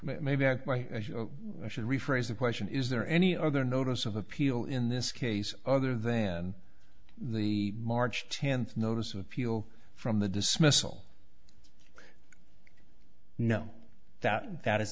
thirteen maybe i should rephrase the question is there any other notice of appeal in this case other than the march tenth notice of appeal from the dismissal know that that is